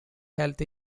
health